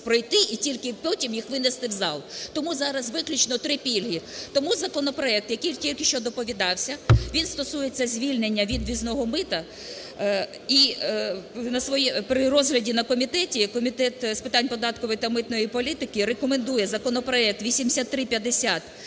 пройти і тільки потім винести у зал. Тому зараз виключно три пільги. Тому законопроект, який тільки що доповідався, він стосується звільнення від ввізного мита, і при розгляді на комітеті Комітет з питань податкової та митної політики рекомендує законопроект 8350